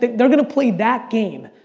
they're gonna play that game.